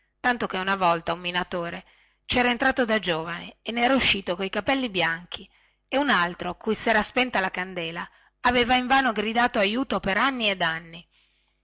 tanto che una volta un minatore cera entrato coi capelli neri e nera uscito coi capelli bianchi e un altro cui sera spenta la torcia aveva invano gridato aiuto